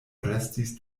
restis